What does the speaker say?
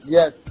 yes